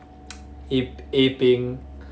a apink